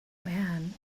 man